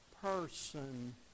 person